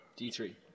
D3